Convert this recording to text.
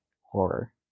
horror